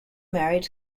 married